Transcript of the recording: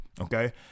okay